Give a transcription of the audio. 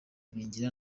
ibingira